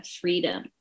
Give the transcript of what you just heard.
freedom